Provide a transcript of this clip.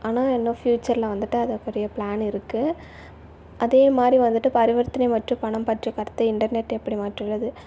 ஆனால் இன்னும் ஃப்யூச்சரில் வந்துவிட்டு அது பெரிய ப்ளான் இருக்குது அதேமாதிரி வந்துவிட்டு பரிவர்த்தனை மற்றும் பணம் பற்றிய கருத்தை இன்டெர்நெட் எப்படி மாற்றியுள்ளது